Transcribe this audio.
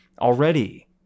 already